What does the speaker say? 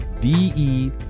D-E